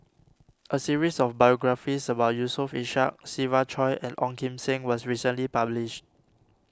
a series of biographies about Yusof Ishak Siva Choy and Ong Kim Seng was recently published